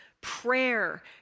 prayer